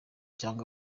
cyangwa